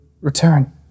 return